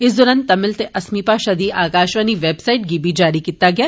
इस दौरान तमिल ते असमीं भाषा दी आकाशवाणी वैवसाईट गी बी जारी कीता गेया